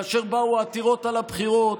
כאשר באו העתירות על הבחירות